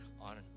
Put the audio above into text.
on